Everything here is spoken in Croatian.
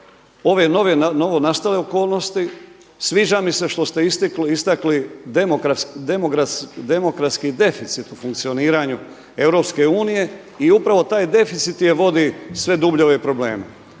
ove novonastale okolnosti. Sviđa mi se što ste istakli demokratski deficit u funkcioniranju Europske unije i upravo taj deficit je vodi sve dublje u ove probleme.